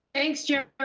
thanks, jeremy,